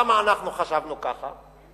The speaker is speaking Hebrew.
למה אנחנו חשבנו כך?